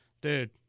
dude